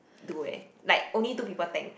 do eh like only two people tank